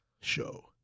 show